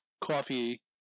coffee